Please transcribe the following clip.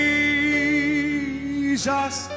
Jesus